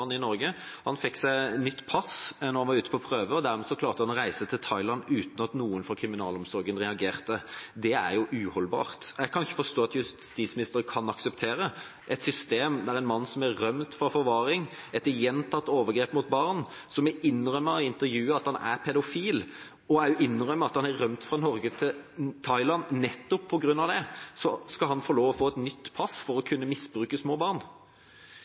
i Norge. Han fikk seg nytt pass da han var ute på prøve, og dermed klarte han å reise til Thailand uten at noen fra kriminalomsorgen reagerte. Det er uholdbart. Jeg kan ikke forstå at justisministeren kan akseptere et system der en mann som har rømt fra forvaring etter gjentatte overgrep mot barn, som har innrømmet i intervjuet at han er pedofil, og som også innrømmet at han har rømt fra Norge til Thailand nettopp på grunn av det, skal få lov til å få et nytt pass for å kunne misbruke små barn.